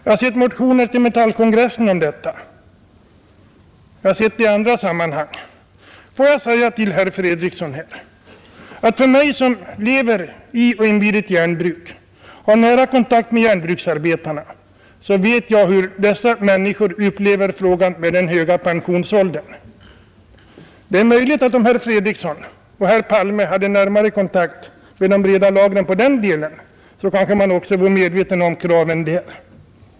Motioner har väckts till Metallkongressen om detta. Jag har sett frågan behandlas i andra sammanhang. Får jag säga till herr Fredriksson, att jag, som lever invid ett järnbruk och har nära kontakt med järnbruksarbetarna, vet hur dessa människor upplever den höga pensionsåldern. Om herr Fredriksson och herr Palme hade närmare kontakt med de breda lagren i detta fall, kanske även de vore medvetna om de krav som där ställs.